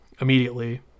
immediately